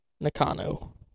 Nakano